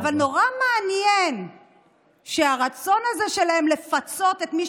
אבל נורא מעניין שהרצון הזה שלהם לפצות את מי